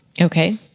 Okay